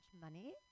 money